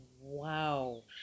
Wow